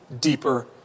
deeper